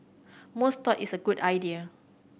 most thought its a good idea